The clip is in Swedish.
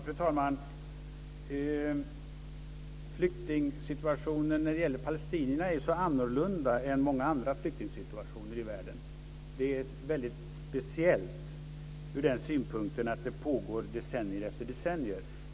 Fru talman! Flyktingsituationen för palestinierna är ju så annorlunda än många andra flyktingsituationer i världen. Den är väldigt speciell ur den synpunkten att den pågår decennium efter decennium.